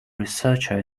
researcher